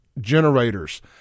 generators